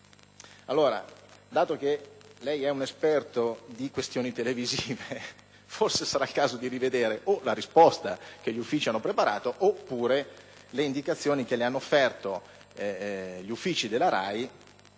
Dato che lei è un esperto di questioni televisive, forse sarà il caso di rivedere la risposta che gli uffici hanno preparato oppure le indicazioni che le hanno offerto gli uffici della Rai